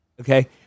Okay